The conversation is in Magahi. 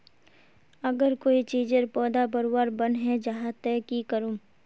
अगर कोई चीजेर पौधा बढ़वार बन है जहा ते की करूम?